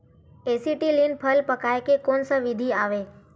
Acetylene फल पकाय के कोन सा विधि आवे?